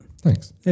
Thanks